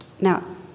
Now